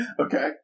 Okay